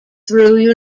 through